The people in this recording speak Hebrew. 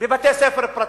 בבתי-ספר פרטיים,